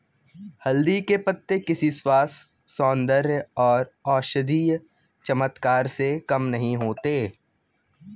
हल्दी के पत्ते किसी स्वास्थ्य, सौंदर्य और औषधीय चमत्कार से कम नहीं होते